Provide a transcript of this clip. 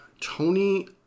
Tony